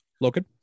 Logan